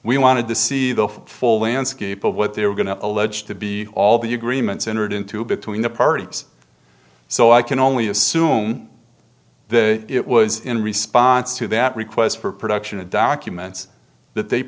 we wanted to see the full landscape of what they were going to allege to be all the agreements entered into between the parties so i can only assume that it was in response to that request for production of documents that they